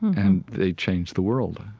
and they changed the world